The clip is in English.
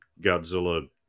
Godzilla